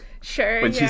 Sure